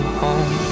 home